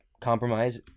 compromise